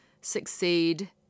succeed